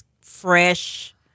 fresh